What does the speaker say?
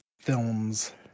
films